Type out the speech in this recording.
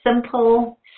simple